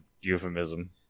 euphemism